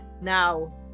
Now